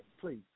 please